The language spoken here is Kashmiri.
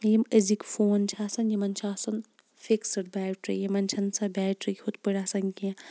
یِم أزِکۍ فون چھِ آسان یِمَن منٛز چھِ آسان فِکسٕڈ بیٹری یِمَن چھَنہٕ سۄ بیٹری یِتھٕ پٲٹھۍ آسان کیٚنٛہہ